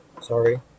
Sorry